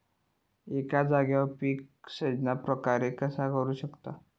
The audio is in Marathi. एका जाग्यार पीक सिजना प्रमाणे कसा करुक शकतय?